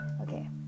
Okay